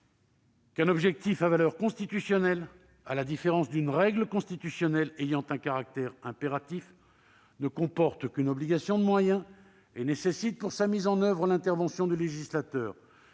qu'un objectif à valeur constitutionnelle, à la différence d'une règle constitutionnelle ayant un caractère impératif, n'emporte qu'une obligation de moyens et nécessite, pour sa mise en oeuvre, l'intervention du législateur.